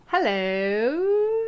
hello